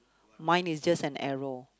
mine is just an arrow